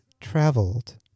traveled